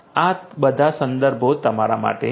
આ બધા સંદર્ભો તમારા માટે છે